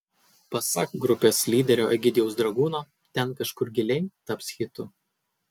pasak grupės lyderio egidijaus dragūno ten kažkur giliai taps hitu